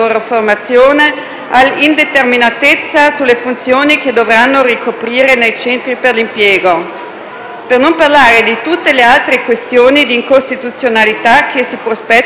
all'indeterminatezza sulle funzioni che dovranno ricoprire nei centri per l'impiego. Tralascio tutte le altre questioni di incostituzionalità che si prospettano già adesso: